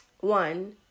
one